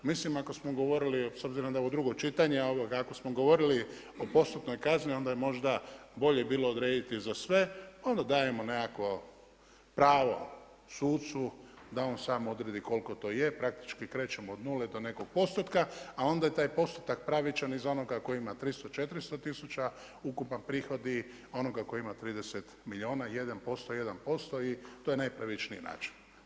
Mislim ako smo govorili a obzirom da je ovo drugo čitanje, ako smo govorili o postupnoj kazni, onda je možda bolje bilo odrediti za sve, onda dajemo nekakvo pravo sucu da on sam odredi koliko to je, praktički krećemo od nule, do nekog postotka, a onda taj postotak pravičan i za onoga koji ima 300, 400 tisuća, ukupan prihod i onoga kojima ima 30 milijuna, 1%, 1% i to je najpravičniji način.